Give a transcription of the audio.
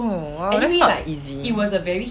oh !wow! that's not easy